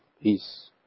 peace